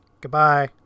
Goodbye